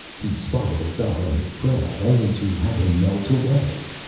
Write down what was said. he spotted odal in the crowd, only to have him melt away.